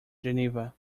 geneva